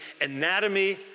anatomy